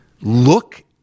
look